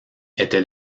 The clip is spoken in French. était